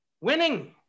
winning